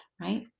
right